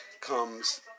comes